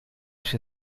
się